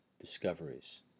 discoveries